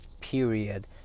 period